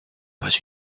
pas